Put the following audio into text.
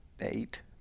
eight